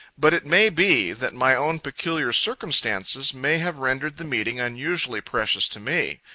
but, it may be, that my own peculiar circumstances may have rendered the meetings unusually precious to me.